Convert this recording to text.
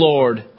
Lord